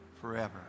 forever